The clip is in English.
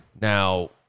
Now